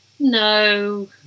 No